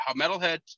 Metalhead